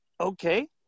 Okay